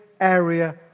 area